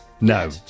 No